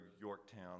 Yorktown